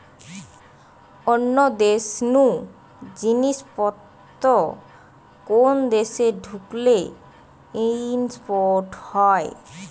অন্য দেশ নু জিনিস পত্র কোন দেশে ঢুকলে ইম্পোর্ট হয়